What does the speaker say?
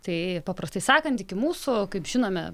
tai paprastai sakant iki mūsų kaip žinome